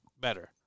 better